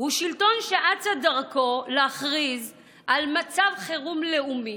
הוא שלטון שאצה דרכו להכריז על מצב חירום לאומי.